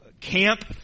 camp